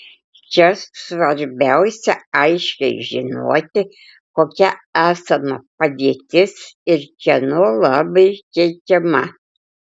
čia svarbiausia aiškiai žinoti kokia esama padėtis ir kieno labui keičiama